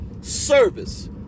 service